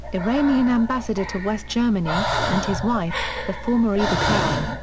iranian ambassador to west germany, and his wife, the former eva karl.